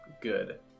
Good